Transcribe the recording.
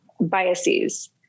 biases